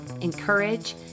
encourage